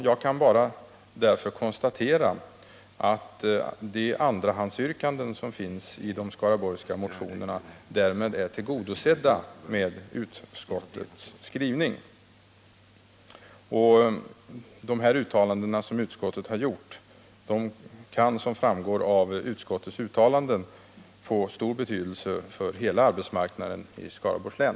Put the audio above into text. Jag kan därför bara konstatera att de andrahandsyrkanden som finns i de skaraborgska motionerna är tillgodosedda i och med utskottets skrivning. Utskottets uttalanden kan få stor betydelse för hela arbetsmarknaden i Skaraborgs län.